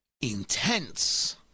intense